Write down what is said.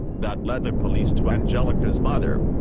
that led the police to anjelica's mother.